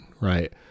right